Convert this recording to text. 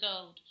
gold